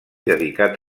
dedicat